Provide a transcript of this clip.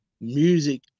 music